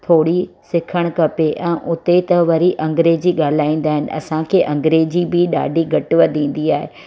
थोड़ी सिखणु खपे ऐं हुते त वरी अंग्रेजी ॻाल्हाईंदा आहिनि असांखे अंग्रेजी बि ॾाढी घटि वधि ईंदी आहे